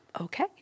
okay